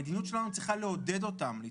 המדיניות שלנו צריכה לעודד אותם להתחסן,